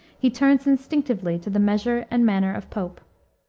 he turns instinctively to the measure and manner of pope.